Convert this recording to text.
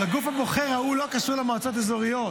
אבל הגוף הבוחר ההוא לא קשור למועצות אזוריות.